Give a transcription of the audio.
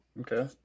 Okay